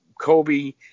Kobe